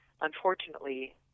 Unfortunately